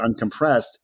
uncompressed